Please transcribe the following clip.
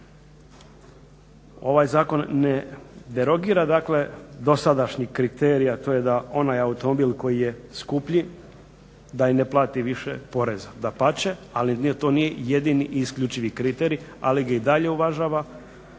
Ovaj zakon derogira dakle dosadašnji kriterij a to je da onaj automobil koji je skupljiji da i ne plati više poreza, dapače ali to nije jedini isključivi kriterij ali ga i dalje uvažava na način